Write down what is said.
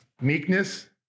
Meekness